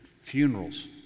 funerals